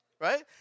right